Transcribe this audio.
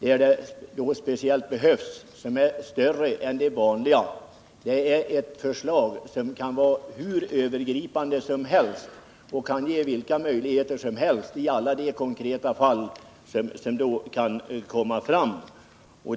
där sådana behövs, kan vara hur övergripande som helst och ge vilka möjligheter som helst i de konkreta fall som kan bli aktuella.